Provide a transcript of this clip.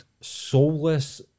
soulless